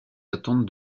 attentes